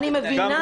אני מבינה.